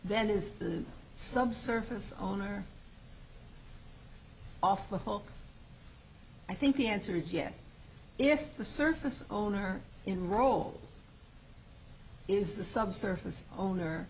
then is the subsurface owner off the hook i think the answer is yes if the surface owner in role is the subsurface owner